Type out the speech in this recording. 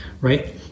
right